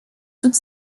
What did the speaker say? toute